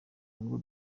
ngo